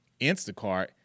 Instacart